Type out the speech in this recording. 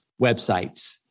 websites